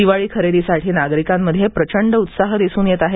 दिवाळी खरेदीसाठी नागरिकांमध्ये प्रचंड उत्साह दिसून येत आहे